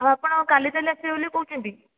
ହେଉ ଆପଣ କାଲି ତା ହେଲେ ଆସିବେ ବୋଲି କହୁଛନ୍ତି